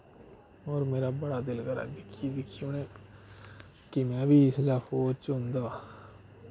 होर मेरा बड़ा दिल करा दा दिक्खी दिक्खियै उ'नेंगी कि में बी इसलै फौज च होंदा